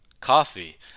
coffee